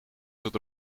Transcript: zat